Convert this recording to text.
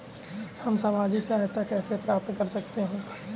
हम सामाजिक सहायता कैसे प्राप्त कर सकते हैं?